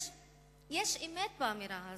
יש אמת באמירה הזאת,